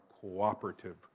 cooperative